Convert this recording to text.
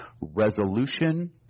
resolution